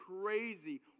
crazy